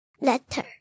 letter